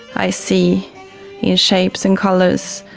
i see in shapes and colours.